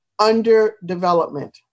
underdevelopment